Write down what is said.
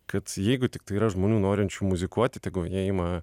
kad jeigu tiktai yra žmonių norinčių muzikuoti tegu jie ima